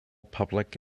public